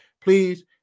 Please